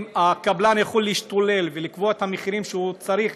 אם הקבלן יכול להשתולל ולקבוע את המחירים שהוא צריך,